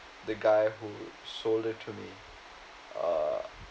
the guy who sold it to me uh